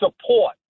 support